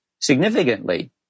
significantly